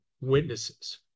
witnesses